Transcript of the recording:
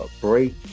break